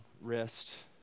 rest